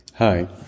Hi